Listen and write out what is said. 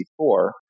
1964